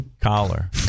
collar